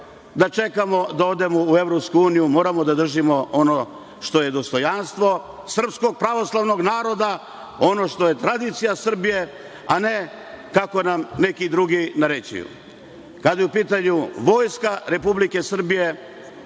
da čekamo da odemo u EU, moramo da držimo ono što je dostojanstvo, srpskog, pravoslavnog naroda. Ono što je tradicija Srbije, a ne kako nam neki drugi naređuju. Kada je u pitanju Vojska Republike Srbije,